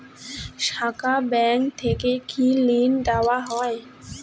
শাখা ব্যাংক থেকে কি ঋণ দেওয়া হয়?